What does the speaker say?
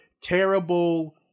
terrible